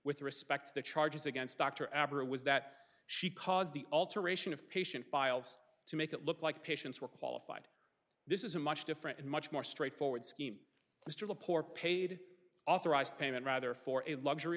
with respect to the charges against dr albert was that she caused the alteration of patient files to make it look like patients were qualified this is a much different and much more straightforward scheme was to the poor paid authorized payment rather for a luxury